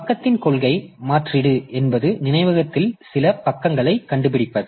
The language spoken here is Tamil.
பக்கத்தின் கொள்கை மாற்றீடு என்பது நினைவகத்தில் சில பக்கங்களைக் கண்டுபிடிப்பது